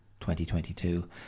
2022